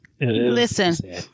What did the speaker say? Listen